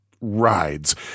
rides